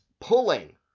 pulling